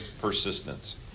persistence